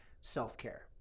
self-care